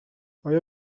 آیا